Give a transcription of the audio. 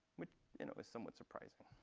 which you know is somewhat surprising,